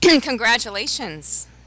Congratulations